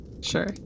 sure